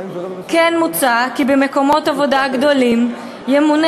כמו כן מוצע כי במקומות עבודה גדולים ימונה